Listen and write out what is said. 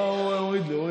לא, הוא הוריד לי.